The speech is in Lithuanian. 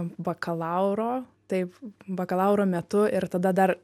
bakalauro taip bakalauro metu ir tada dar